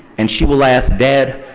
and she will ask, dad,